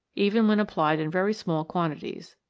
even when applied in very small quantities.